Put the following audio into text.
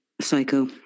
Psycho